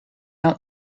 out